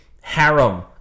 harem